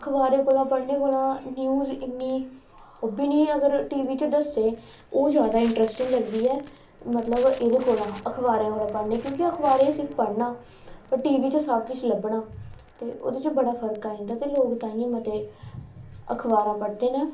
अखबारें कोला पढ़ने कोला न्यूज़ इ'न्नी ओह् बी निं अगर टी वी च दस्से ओह् जादा इंटरस्टिंग लगदी ऐ मतलब एह्दे कोला अखबारें कोला क्योंकि अखबारें ई सिर्फ पढ़ना पर टी वी च सब किश लभना ते ओहदे च बड़ा फर्क आई जंदा ते लोक ताहियें मते अखबारां पढ़दे न